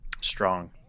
Strong